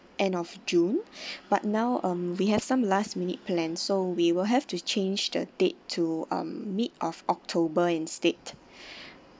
end of june but now um we have some last minute plan so we will have to change the date to um mid of october instead